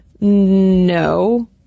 No